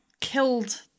killed